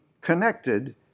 connected